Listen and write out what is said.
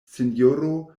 sinjoro